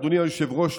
אדוני היושב-ראש,